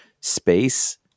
space